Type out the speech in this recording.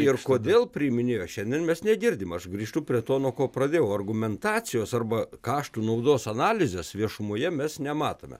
ir kodėl priiminėjo šiandien mes negirdim aš grįžtu prie to nuo ko pradėjau argumentacijos arba kaštų naudos analizės viešumoje mes nematome